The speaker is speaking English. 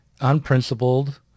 unprincipled